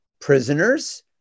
prisoners